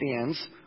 stands